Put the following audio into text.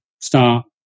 start